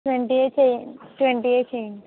twenty A చెయ్య twenty A చెయ్యండి